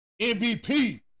MVP